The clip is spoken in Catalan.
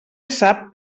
sap